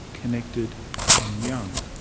connected and young.